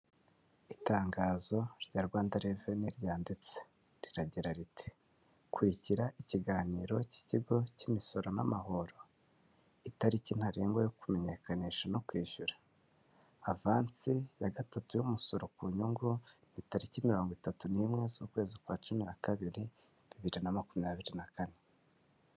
Itangazo rya Rwanda reveni ryanditse riragira riti, kurikira ikiganiro k'ikigo k'imisoro n'amahoro, itariki ntarengwa yo kumenyekanisha no kwishyura avansi ya gatatu y'umusoro ku nyungu, itariki mirongo itatu n'imwe z'ukwezi kwa cumi na kabiri bibiri na makumyabiri na kane.